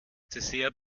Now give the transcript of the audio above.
dessert